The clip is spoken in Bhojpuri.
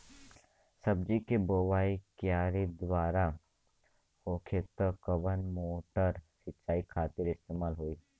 सब्जी के बोवाई क्यारी दार होखि त कवन मोटर सिंचाई खातिर इस्तेमाल होई?